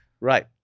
Right